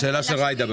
מה